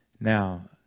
Now